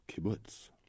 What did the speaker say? kibbutz